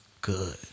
good